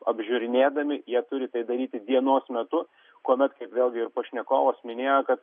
apžiūrinėdami jie turi tai daryti dienos metu kuomet vėlgi ir pašnekovas minėjo kad